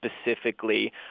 specifically